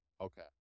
Okay